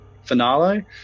finale